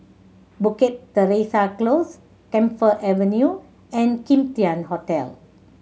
Bukit Teresa Close Camphor Avenue and Kim Tian Hotel